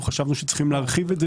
חשבנו שצריך להרחיב את זה.